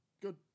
Good